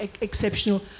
exceptional